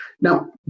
Now